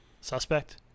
suspect